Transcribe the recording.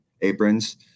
aprons